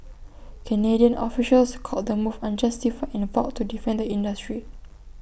Canadian officials called the move unjustified and vowed to defend the industry